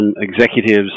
executives